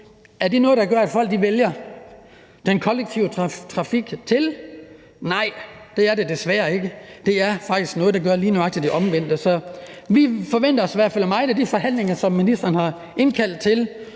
Er det noget, der gør, at folk vælger den kollektive trafik til? Nej, det er det desværre ikke. Det er faktisk noget, der gør lige nøjagtig det omvendte. Så vi forventer os i hvert fald meget af de forhandlinger, som ministeren har indkaldt til,